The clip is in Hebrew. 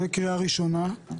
לקריאה ראשונה.